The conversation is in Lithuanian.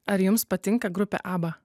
ar jums patinka grupė abba